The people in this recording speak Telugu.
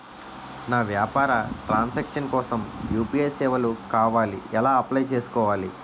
నా వ్యాపార ట్రన్ సాంక్షన్ కోసం యు.పి.ఐ సేవలు కావాలి ఎలా అప్లయ్ చేసుకోవాలి?